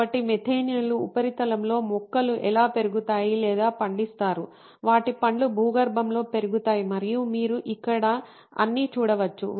కాబట్టి మెథానియన్ల ఉపరితలంలో మొక్కలు ఎలా పెరుగుతాయి లేదా పండిస్తారు వాటి పండ్లు భూగర్భంలో పెరుగుతాయి మరియు మీరు ఇక్కడ అన్నీ చూడవచ్చు